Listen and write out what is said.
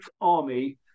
Army